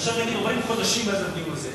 עוברים חודשים עד הדיון,